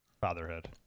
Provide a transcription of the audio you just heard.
Fatherhood